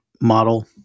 model